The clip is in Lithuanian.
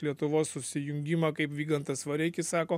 lietuvos susijungimą kaip vygantas vareikis sako